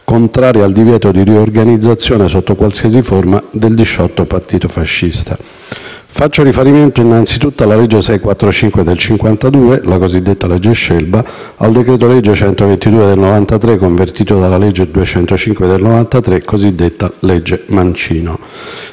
contrari al divieto di riorganizzazione, sotto qualsiasi forma, del disciolto partito fascista. Faccio riferimento innanzi tutto alla legge n. 645 del 1952, cosiddetta legge Scelba, e al decreto-legge n. 122 del 1993, convertito dalla legge n. 205 del 1993, cosiddetta legge Mancino.